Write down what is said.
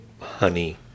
honey